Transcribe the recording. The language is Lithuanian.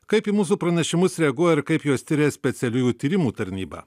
kaip į mūsų pranešimus reaguoja ir kaip juos tiria specialiųjų tyrimų tarnyba